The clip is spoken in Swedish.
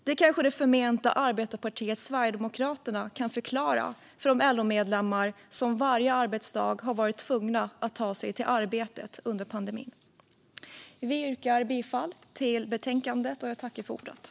Det kanske det förmenta arbetarpartiet Sverigedemokraterna kan förklara för de LO-medlemmar som varje arbetsdag har varit tvungna att ta sig till arbetet under pandemin. Jag yrkar bifall till utskottets förslag i betänkandet.